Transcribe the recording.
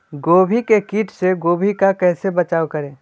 गोभी के किट से गोभी का कैसे बचाव करें?